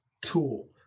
tool